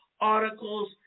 articles